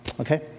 Okay